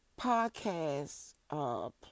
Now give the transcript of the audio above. podcast